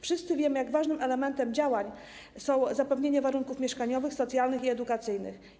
Wszyscy wiemy, jak ważnym elementem działań jest zapewnienie warunków mieszkaniowych, socjalnych i edukacyjnych.